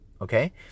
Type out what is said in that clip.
okay